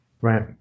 Right